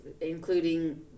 Including